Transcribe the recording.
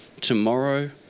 tomorrow